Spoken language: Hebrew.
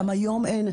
גם היום אין.